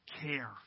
care